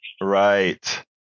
Right